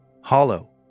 hollow